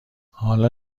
حالا